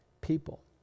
people